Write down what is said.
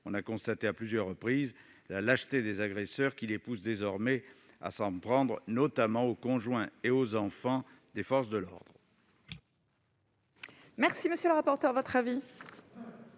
constaté à plusieurs reprises la lâcheté des agresseurs qui les pousse désormais à s'en prendre notamment aux conjoints et aux enfants des membres des forces